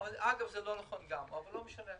אגב גם זה לא נכון, אבל לא משנה.